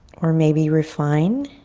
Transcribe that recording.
or maybe refine,